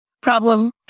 problem